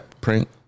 prank